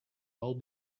all